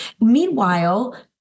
Meanwhile